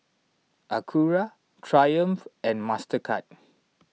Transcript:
Acura Triumph and Mastercard